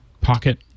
Pocket